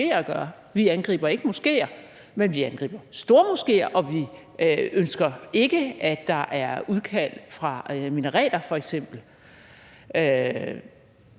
Vi angriber ikke moskéer, men vi angriber stormoskéer, og vi ønsker ikke, at der f.eks. er udkald fra minareter. Det ville